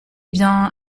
bien